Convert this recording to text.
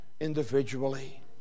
individually